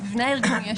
במבנה הארגוני.